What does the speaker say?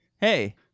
Hey